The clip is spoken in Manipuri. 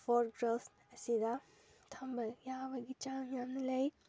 ꯐꯣꯔ ꯒꯥꯔꯜꯁ ꯑꯁꯤꯗ ꯊꯝꯕ ꯌꯥꯕꯒꯤ ꯆꯥꯡ ꯌꯥꯝꯅ ꯂꯩ